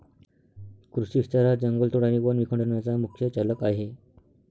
कृषी विस्तार हा जंगलतोड आणि वन विखंडनाचा मुख्य चालक आहे